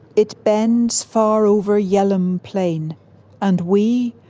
it bends far over yell'ham plain and we,